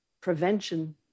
prevention